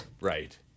Right